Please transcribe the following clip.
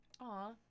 Aw